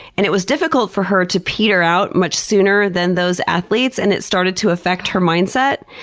and it was difficult for her to peter out much sooner than those athletes and it started to affect her mindset,